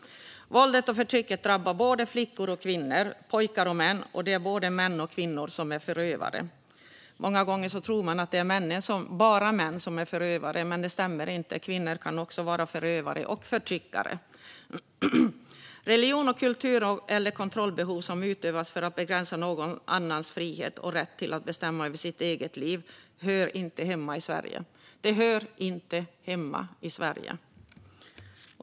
Våldet och förtrycket drabbar såväl flickor och kvinnor som pojkar och män, och det är både män och kvinnor som är förövare. Många gånger tror man att det bara är män som är förövare, men det stämmer inte. Kvinnor kan också vara förövare och förtryckare. Religion, kultur eller kontrollbehov som går ut på att begränsa någon annans frihet och rätt att bestämma över sitt eget liv hör inte hemma i Sverige. Det hör inte hemma i Sverige!